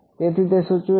તેથી તે સૂચવે છે